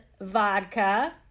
vodka